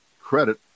credit